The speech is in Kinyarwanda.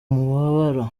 mabara